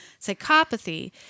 Psychopathy